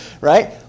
right